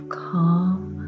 calm